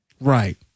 Right